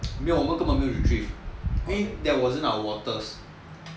有我们根本没有 retrieve cause that wasn't our waters